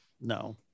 No